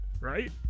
right